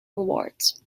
awards